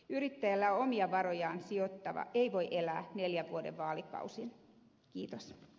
yrittäjänä omia varojaan sijoittava ei voi elää neljän vuoden vaalikausin